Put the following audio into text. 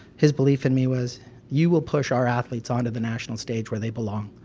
his belief in me was you will push our athletes onto the national stage where they belong.